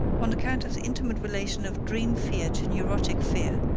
on account of the intimate relation of dream fear to neurotic fear,